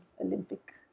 Olympic